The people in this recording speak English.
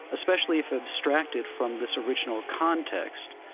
especially if abstracted from this original context.